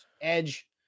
Edge